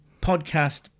podcast